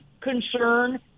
concern